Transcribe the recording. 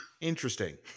Interesting